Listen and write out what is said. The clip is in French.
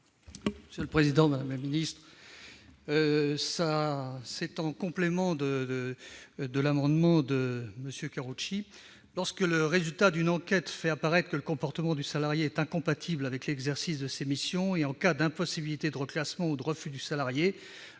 M. Michel Vaspart. Mon amendement est complémentaire de celui de M. Karoutchi. Lorsque le résultat d'une enquête fait apparaître que le comportement d'un salarié est incompatible avec l'exercice de ses missions, et en cas d'impossibilité de reclassement ou de refus du salarié,